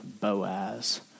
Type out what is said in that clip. Boaz